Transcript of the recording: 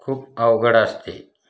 खूप अवघड असते